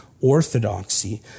orthodoxy